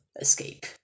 escape